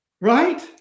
right